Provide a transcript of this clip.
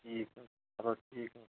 ٹھیٖک حظ چلو ٹھیٖک حظ